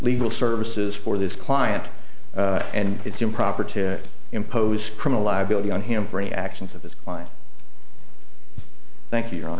legal services for this client and it's improper to impose criminal liability on him for a actions of this thank you